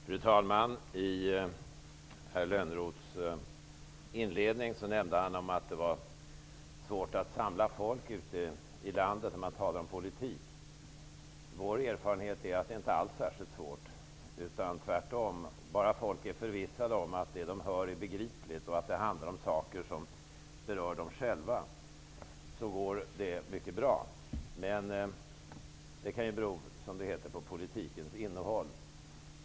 Fru talman! I sin inledning nämnde herr Lönnroth att det ute i landet var svårt att samla folk när man talar om politik. Vår erfarenhet är att det inte alls är särskilt svårt -- tvärtom. Bara människor är förvissade om att det de skall få höra är begripligt och att det handlar om saker som berör dem själva går det mycket bra. Men det kan ju bero på politikens innehåll, som det heter.